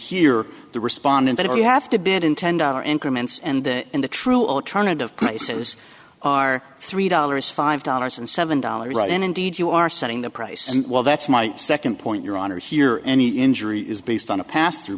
here the respondent if you have to bid in ten dollar increment and in the true alternative places are three dollars five dollars and seven dollars right and indeed you are setting the price well that's my second point your honor here any injury is based on a pass through